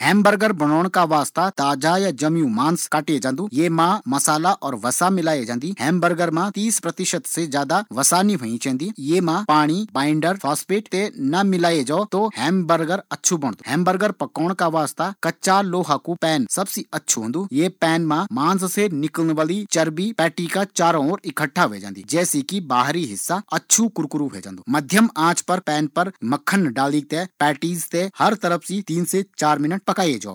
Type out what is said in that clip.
ham burger बणोंण का वास्ता ताज़ा या जमयू मांस काटे जांदु ये मा मसालो का साथ मा वसा मिले क ते गर्म पैन या तवा या ग्रिल पर अच्छा तरीका सी गर्म करए जांदू तब तक ज़ब तक मांस अच्छा तरीका सी पकी ण जो